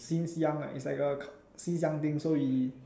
since young ah it's like a since young thing so we